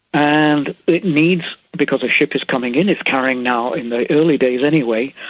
and it needs, because a ship is coming in, it's carrying now, in the early days anyway,